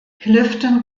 clifton